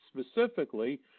specifically